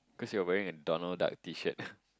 because you're wearing a Donald-Duck tee shirt